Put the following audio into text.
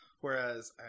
Whereas